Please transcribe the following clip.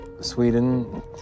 Sweden